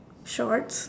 shorts